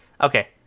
Okay